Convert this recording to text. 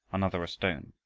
another a stone.